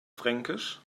fränkisch